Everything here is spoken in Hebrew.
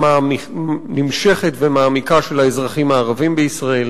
הנמשכת ומעמיקה של האזרחים הערבים בישראל.